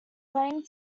playing